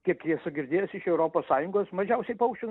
kiek esu girdėjęs iš europos sąjungos mažiausiai paukščių